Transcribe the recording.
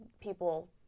people